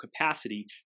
capacity